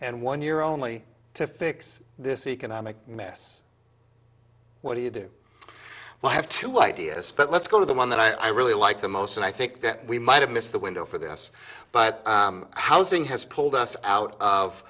and one year only to fix this economic mess what do you do well i have two ideas but let's go to the one that i really like the most and i think that we might have missed the window for this but housing has pulled us out of